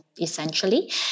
essentially